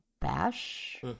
bash